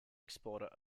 exporter